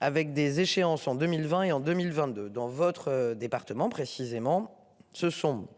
Avec des échéances en 2020 et en 2022 dans votre département, précisément ce sont.